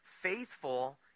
faithful